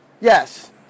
yes